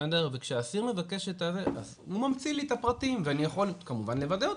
וכשהאסיר מבקש הוא ממציא לי את הפרטים ואני יכול כמובן לוודא,